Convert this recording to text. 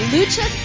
Lucha